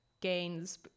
gains